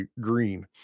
Green